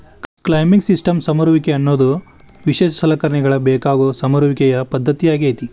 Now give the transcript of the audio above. climbing systems ಸಮರುವಿಕೆ ಅನ್ನೋದು ವಿಶೇಷ ಸಲಕರಣೆಗಳ ಬೇಕಾಗೋ ಸಮರುವಿಕೆಯ ಪದ್ದತಿಯಾಗೇತಿ